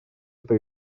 эта